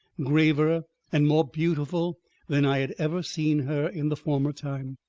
graver and more beautiful than i had ever seen her in the former time.